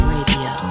Radio